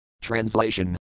Translation